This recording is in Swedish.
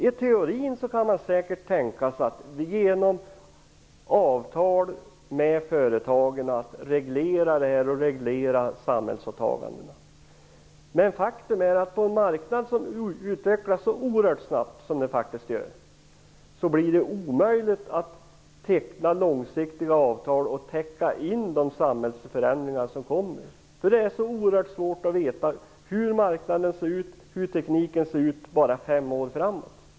I teorin kan man säkert tänka sig att reglera samhällsåtagandena genom avtal med företagen. Men faktum är att på en marknad som utvecklas så oerhört snabbt som den här blir det omöjligt att genom långsiktiga avtal täcka in de samhällsförändringar som kommer. Det är så oerhört svårt att veta hur marknaden ser ut, hur tekniken ser ut, bara fem år framåt.